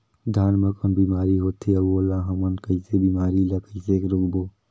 धान मा कौन बीमारी होथे अउ ओला हमन कइसे बीमारी ला कइसे रोकबो?